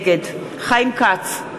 נגד חיים כץ,